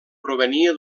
provenia